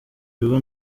bigo